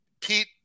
pete